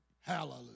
Hallelujah